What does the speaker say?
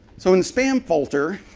so in the spam folder,